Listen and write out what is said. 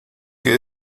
que